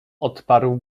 odparł